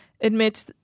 admits